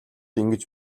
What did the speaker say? ингэж